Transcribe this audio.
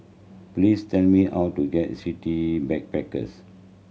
please tell me how to get City Backpackers